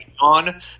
on